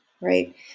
right